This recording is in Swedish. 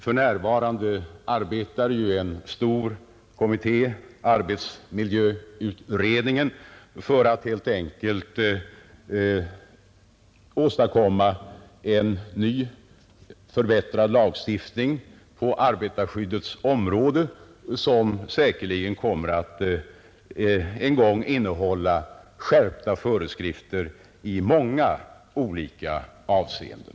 För närvarande arbetar en stor kommitté, arbetsmiljöutredningen, för att på arbetarskyddsområdet åstadkomma en ny, förbättrad lagstiftning, som säkerligen kommer att innehålla skärpta föreskrifter i många olika avseenden.